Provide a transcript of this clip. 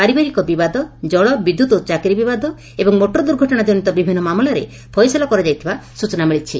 ପାରିବାରିକ ବିବାଦ ଜଳ ବିଦ୍ୟତ ଓ ଚାକିରି ବିବାଦ ଏବଂ ମୋଟର ଦୁର୍ଘଟଶା ଜନିତ ବିଭିନ୍ ମାମଲାର ଫଏସଲା କରାଯାଇଥିବା ସ୍ଚନା ମିଳିଛି